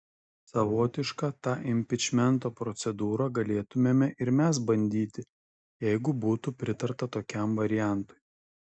savotišką tą impičmento procedūrą galėtumėme ir mes bandyti jeigu būtų pritarta tokiam variantui